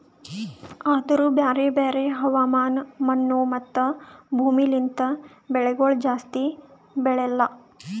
ಆದೂರು ಬ್ಯಾರೆ ಬ್ಯಾರೆ ಹವಾಮಾನ, ಮಣ್ಣು, ಮತ್ತ ಭೂಮಿ ಲಿಂತ್ ಬೆಳಿಗೊಳ್ ಜಾಸ್ತಿ ಬೆಳೆಲ್ಲಾ